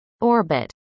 orbit